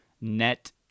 net